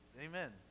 amen